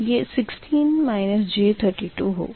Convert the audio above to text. यह 16 j32 होगा